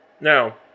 Now